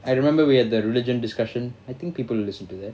I remember we had the religion discussion I think people will listen to that